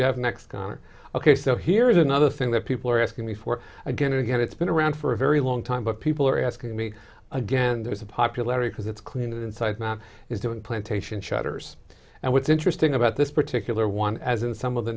we have next ok so here is another thing that people are asking me for again and again it's been around for a very long time but people are asking me again and there's a popularity because it's clean inside man is doing plantation shutters and what's interesting about this particular one as in some